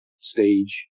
stage